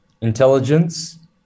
intelligence